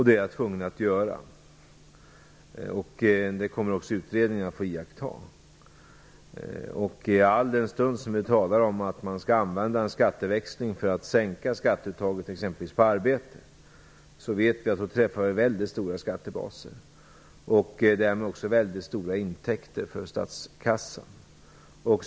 Det är jag tvungen att göra. Dem kommer också utredningen att få iaktta. Alldenstund vi talar om att man skall använda en skatteväxling för att sänka skatteuttaget exempelvis på arbete vet vi att vi träffar mycket stora skattebaser, därmed också mycket stora intäkter för statskassan.